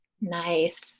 Nice